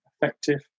effective